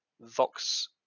Vox